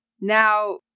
Now